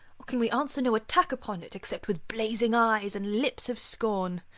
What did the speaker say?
or can we answer no attack upon it except with blazing eyes and lips of scorn?